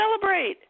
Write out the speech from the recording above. celebrate